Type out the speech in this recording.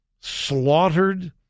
slaughtered